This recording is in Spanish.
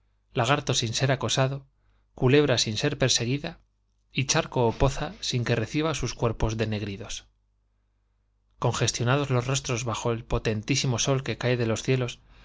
lagarto sin ser acosado culebra sin ser perseguida y charco ó poza sin que reciba sus cuerpos denegridos congestionados los rostros bajo el potentísimo sol que cae de los cielos